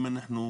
אם אנחנו,